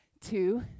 two